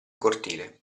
cortile